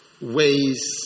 ways